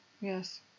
yes